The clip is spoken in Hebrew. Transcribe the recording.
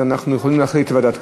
אנחנו נעביר אליה.